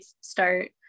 start